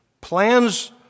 plans